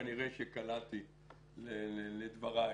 כנראה שקלעתי לדברייך.